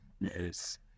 yes